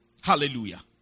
Hallelujah